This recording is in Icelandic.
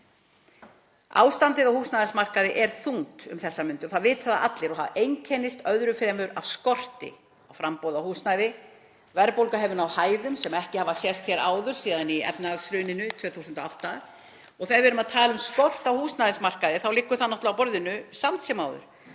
Ástandið á húsnæðismarkaði er þungt um þessar mundir og það vita það allir og það einkennist öðru fremur af skorti á framboði á húsnæði. Verðbólga hefur náð hæðum sem ekki hafa sést síðan í efnahagshruninu 2008. Þegar við erum að tala um skort á húsnæðismarkaði þá liggur það náttúrlega á borðinu samt sem áður